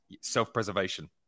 self-preservation